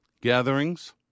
gatherings